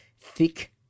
thick